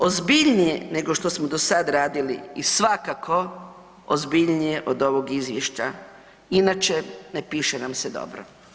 Ozbiljnije nego što smo do sad radili i svakako ozbiljnije od ovog Izvješća inače ne piše nam se dobro.